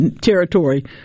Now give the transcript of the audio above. territory